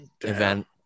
event